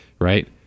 right